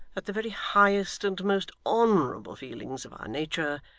that the very highest and most honourable feelings of our nature,